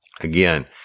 Again